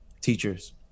teachers